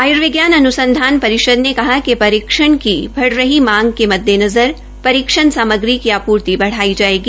आय्र्विज्ञान अन्संधान परिषद ने कहा है कि परीक्षण की बढ़ रही मांग के मददेनज़र परीक्षण सामग्री की आपूर्ति बढ़ाई जायेगी